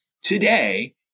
today